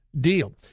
deal